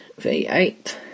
v8